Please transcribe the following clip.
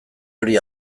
hori